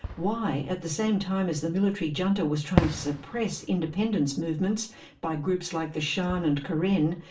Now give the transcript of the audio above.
why, at the same time as the military yeah junta was trying to suppress independence movements by groups like the shan and karen,